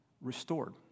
restored